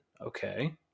Okay